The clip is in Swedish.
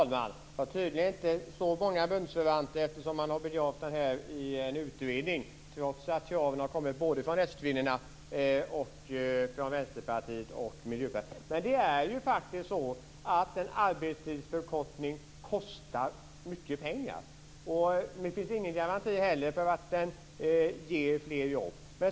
Fru talman! Det är tydligen inte så många bundsförvanter eftersom man har begravt förslaget i en utredning, trots att kraven har kommit från såväl skvinnorna som från Vänsterpartiet och Miljöpartiet. En arbetstidsförkortning kostar mycket pengar, och det finns ingen garanti för att den ger fler jobb.